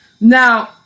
Now